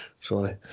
Sorry